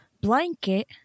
blanket